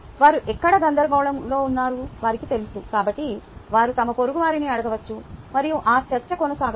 వారు ఎక్కడ గందరగోళంలో ఉన్నారో వారికి తెలుసు కాబట్టి వారు తమ పొరుగువారిని అడగవచ్చు మరియు ఆ చర్చ కొనసాగవచ్చు